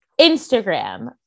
instagram